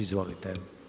Izvolite.